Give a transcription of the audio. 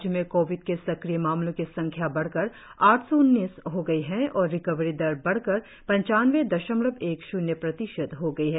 राज्य में कोविड के सक्रिय मामलों की संख्या बढ़कर आठ सौ उन्नीस हो गई है और रिकवरी दर बढ़कर पंचानवें दशमलव एक श्र्न्य प्रतिशत हो गई है